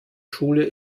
schule